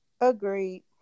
Agreed